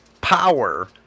power